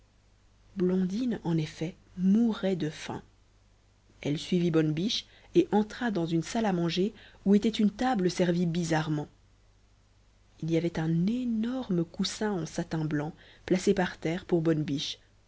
blondine en effet mourait de faim elle suivit bonne biche et entra dans une salle à manger où était une table servie bizarrement il y avait un énorme coussin en satin blanc placé par terre pour